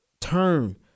turn